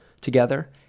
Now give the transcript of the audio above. together